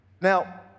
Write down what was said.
Now